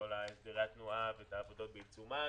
כל הסדרי התנועה ואת העבודות בעיצומן.